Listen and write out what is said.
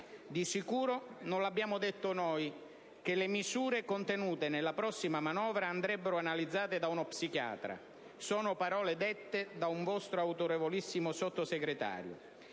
Di sicuro non abbiamo detto noi che le misure contenute nella prossima manovra «andrebbero analizzate da uno psichiatra»: sono parole pronunciate da un vostro autorevolissimo Sottosegretario.